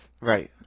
Right